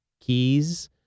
keys